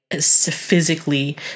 physically